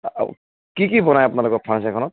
আৰু কি কি বনায় আপোনালোকৰ ফাৰ্নিচাৰখনত